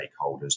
stakeholders